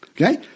Okay